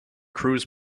cruz